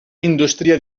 indústria